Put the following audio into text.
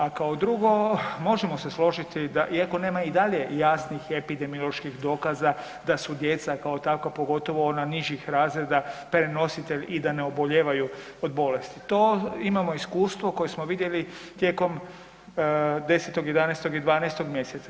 A kao drugo, možemo se složiti da iako nema i dalje jasnih epidemioloških dokaza da su djeca kao takva, pogotovo ona nižih razreda prenositelj i da ne obolijevaju od bolesti, to imamo iskustvo koje smo vidjeli tijekom 10., 11. i 12. mj.